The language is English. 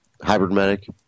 hybridmedic